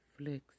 Netflix